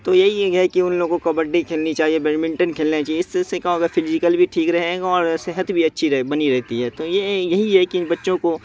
تو یہی ایک ہے کہ ان لوگوں کو کبڈّی کھیلنی چاہیے بیڈ منٹن کھیلنا چاہیے اس سے اس سے کیا ہوگا فیزیکل بھی ٹھیک رہے گا اور صحت بھی اَچّھی بنی رہتی ہے تو یہی ہے کہ ان بچوں کو